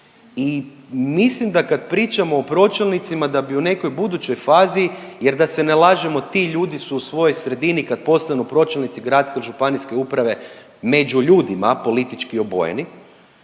i mislim da kad pričamo o pročelnicima, da bi u nekoj budućoj fazi, jer da se ne lažemo, ti ljudi su u svojoj sredini, kad postanu pročelnici gradske i županijske uprave među ljudima politički obojeni,